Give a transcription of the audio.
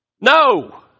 No